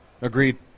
agreed